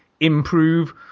Improve